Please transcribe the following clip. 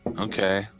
Okay